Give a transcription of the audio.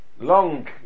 long